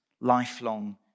lifelong